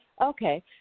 Okay